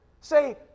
say